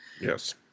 Yes